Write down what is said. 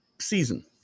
season